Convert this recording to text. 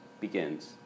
begins